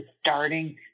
starting